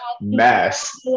mess